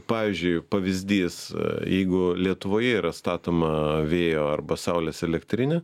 pavyzdžiui pavyzdys jeigu lietuvoje yra statoma vėjo arba saulės elektrinė